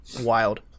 wild